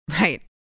Right